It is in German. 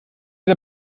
der